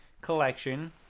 collection